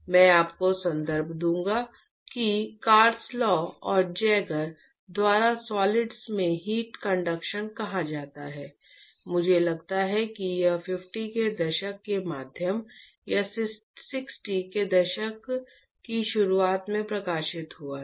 मैं आपको संदर्भ दूंगा कि इसे कार्सलॉ और जैगर द्वारा सॉलिड्स में हीट कंडक्शन कहा जाता है मुझे लगता है कि यह 50 के दशक के मध्य या 60 के दशक की शुरुआत में प्रकाशित हुआ था